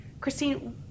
Christine